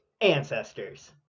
Ancestors